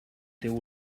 teu